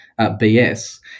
BS